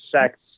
sex